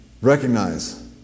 recognize